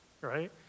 right